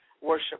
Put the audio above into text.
worship